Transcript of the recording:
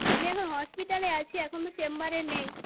আমি এখন হসপিটালে আছি এখন তো চেম্বারে নেই